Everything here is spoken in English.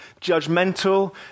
judgmental